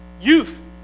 youth